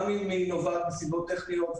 גם אם היא נובעת מסיבות טכניות.